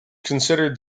considered